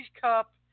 Cup